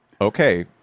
okay